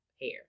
hair